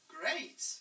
Great